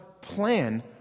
plan